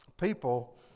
people